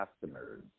customers